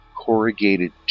corrugated